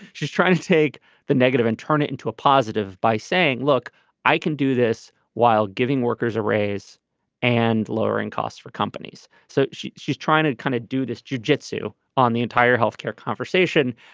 she's trying to take the negative and turn it into a positive by saying look i can do this while giving workers a raise and lowering costs for companies. so she she's trying to kind of do this jujitsu on the entire health care conversation.